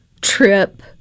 trip